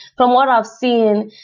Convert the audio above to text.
from what i've seen,